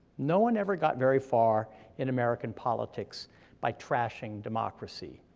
no one ever got very far in american politics by trashing democracy,